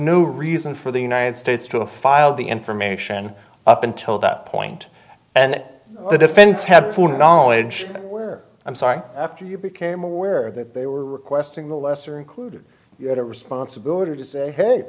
no reason for the united states to a filed the information up until that point and the defense had for knowledge were i'm sorry after you became aware that they were requesting the lesser included you had a responsibility to say hey